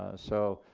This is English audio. ah so,